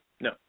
no